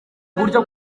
uburyo